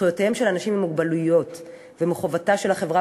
"זכויותיהם של אנשים עם מוגבלות ומחויבותה של החברה